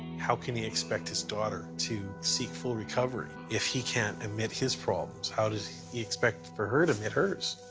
how can he expect his daughter to seek full recovery if he can't admit his problems? how does he expect for her to admit hers?